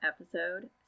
episode